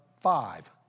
five